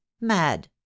Mad